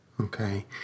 Okay